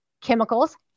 chemicals